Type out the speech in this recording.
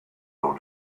low